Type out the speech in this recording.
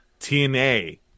TNA